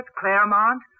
Claremont